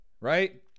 Right